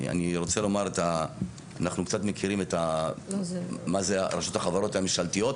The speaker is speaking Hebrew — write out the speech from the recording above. אנחנו קצת מכירים מה זה רשות החברות הממשלתיות.